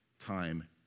Time